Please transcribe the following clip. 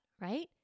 right